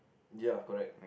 ya correct